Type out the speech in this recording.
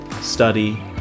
study